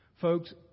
Folks